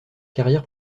carrière